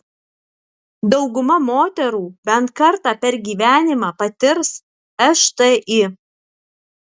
dauguma moterų bent kartą per gyvenimą patirs šti